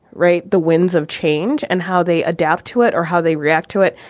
right. the winds of change and how they adapt to it or how they react to it.